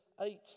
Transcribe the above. eight